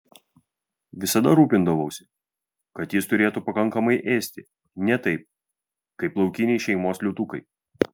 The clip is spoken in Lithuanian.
visada rūpindavausi kad jis turėtų pakankamai ėsti ne taip kaip laukiniai šeimos liūtukai